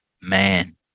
man